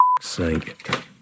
sake